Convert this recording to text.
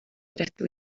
rydw